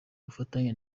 bufatanye